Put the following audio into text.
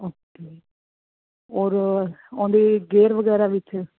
okay ਔਰ ਉਹਦੇ gear ਵਗੈਰਾ ਵਿੱਚ